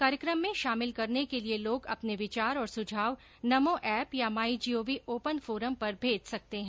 कार्यक्रम में शामिल करने के लिए लोग अपने विचार और सुझाव नमो एप या माई जीओवी ओपन फोरम पर भेज सकते हैं